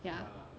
ya